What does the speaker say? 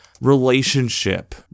relationship